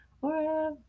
forever